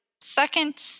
Second